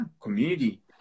community